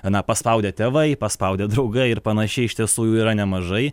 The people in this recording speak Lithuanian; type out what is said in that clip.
na paspaudė tėvai paspaudė draugai ir panašiai iš tiesų yra nemažai